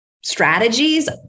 strategies